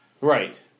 Right